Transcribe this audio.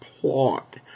plot